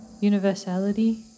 universality